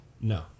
No